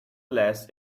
less